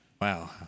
Wow